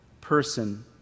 person